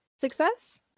success